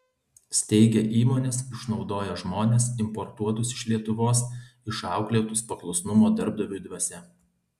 steigia įmones išnaudoja žmones importuotus iš lietuvos išauklėtus paklusnumo darbdaviui dvasia